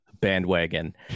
bandwagon